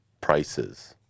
prices